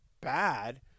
bad